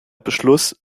beschluss